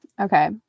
Okay